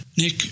Nick